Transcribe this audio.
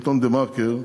בעיתון "דה-מרקר",